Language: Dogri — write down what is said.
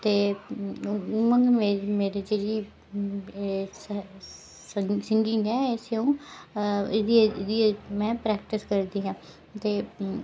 ते हून मेरी जेह्ड़ी एह् सिन्गिंग ऐ इसी अ'ऊं एह्दी एह्दी मैं प्रैक्टिस करदी आं ते